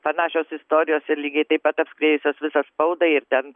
panašios istorijos ir lygiai taip pat apskriejusios visą spaudą ir ten